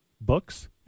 books